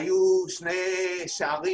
היו שני שערים